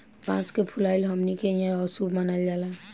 बांस के फुलाइल हमनी के इहां अशुभ मानल जाला